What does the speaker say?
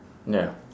ya